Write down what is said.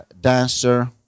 dancer